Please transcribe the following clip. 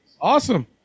Awesome